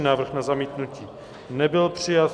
Návrh na zamítnutí nebyl přijat.